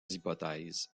hypothèses